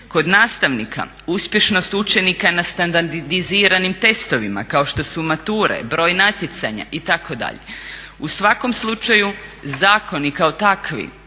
Kod nastavnika uspješnost učenika na standardiziranim testovima kao što su mature, broj natjecanja itd. U svakom slučaju zakoni kao takvi